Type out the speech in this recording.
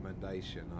recommendation